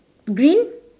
green